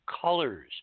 colors